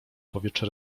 powietrze